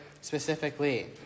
specifically